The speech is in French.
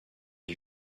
ils